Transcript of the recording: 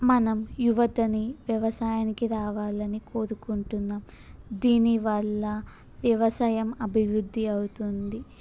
మనం యువతని వ్యవసాయానికి రావాలని కోరుకుంటున్నాం దీనివల్ల వ్యవసాయం అభివృద్ధి అవుతుంది